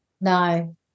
No